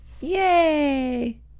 Yay